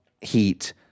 heat